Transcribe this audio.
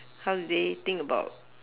how did they think about